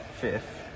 Fifth